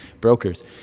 brokers